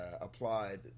applied